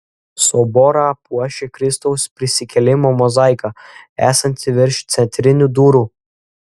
soborą puošia kristaus prisikėlimo mozaika esanti virš centrinių durų